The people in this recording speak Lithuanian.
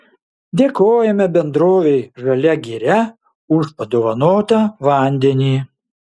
dėkojame bendrovei žalia giria už padovanotą vandenį